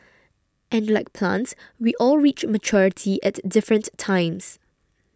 and like plants we all reach maturity at different times